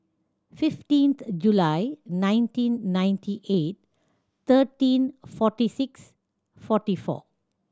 fifteenth July nineteen ninety eight thirteen forty six forty four